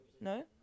No